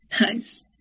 nice